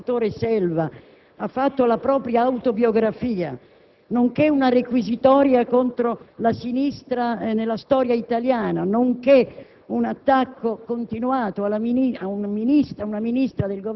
circa 40 minuti, nel quale il suddetto senatore Selva ha fatto la propria autobiografia, nonché una requisitoria contro la sinistra nella storia italiana, nonché